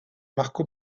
marco